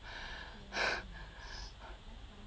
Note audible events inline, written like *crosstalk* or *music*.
*breath*